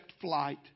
flight